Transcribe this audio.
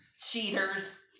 Cheaters